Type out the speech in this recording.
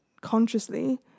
consciously